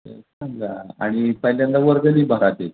आणि पहिल्यांदा वर्गणी भरा ते